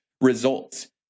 results